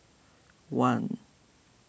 one